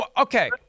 okay